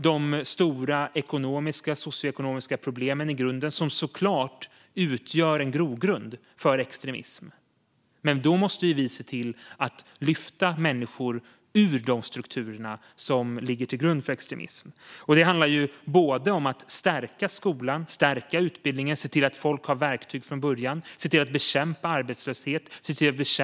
De stora socioekonomiska problemen utgör en grogrund för extremism. Vi måste se till att lyfta människor ur de strukturer som ligger till grund för extremism. Det handlar om att stärka både skolan och utbildningen. Det handlar om att se till att folk har verktyg från början, om att bekämpa arbetslöshet och trångboddhet.